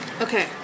Okay